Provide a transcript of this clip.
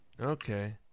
Okay